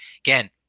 again